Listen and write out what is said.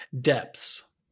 Depths